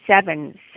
seven